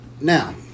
Now